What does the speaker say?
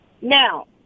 Now